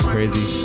Crazy